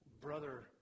brother